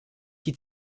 die